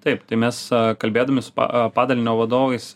taip tai mes kalbėdami su pa padalinio vadovais